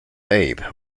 abe